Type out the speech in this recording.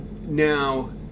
Now